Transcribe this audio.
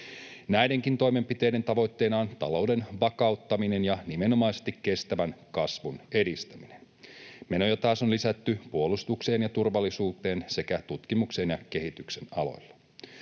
Näidenkin toimenpiteiden tavoitteena on talouden vakauttaminen ja nimenomaisesti kestävän kasvun edistäminen. Menoja taas on lisätty puolustukseen ja turvallisuuteen sekä tutkimuksen ja kehityksen aloille.